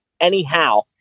Anyhow